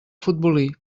futbolí